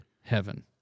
heaven